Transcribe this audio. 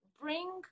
bring